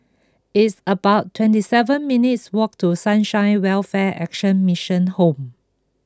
it's about twenty seven minutes' walk to Sunshine Welfare Action Mission Home